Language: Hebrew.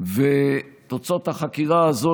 ותוצאות החקירה הזו,